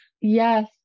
Yes